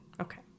Okay